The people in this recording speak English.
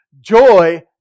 joy